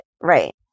Right